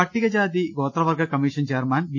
പട്ടികജാതി ഗോത്രവർഗു commission chairman B